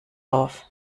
auf